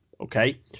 Okay